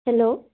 hello